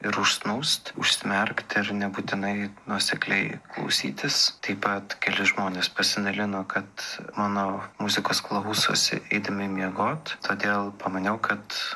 ir užsnūst užsimerkt ir nebūtinai nuosekliai klausytis taip pat keli žmonės pasidalino kad mano muzikos klausosi eidami miegot todėl pamaniau kad